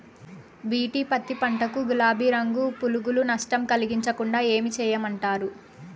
BT పత్తి పంట కు, గులాబీ రంగు పులుగులు నష్టం కలిగించకుండా ఏం చేయమంటారు?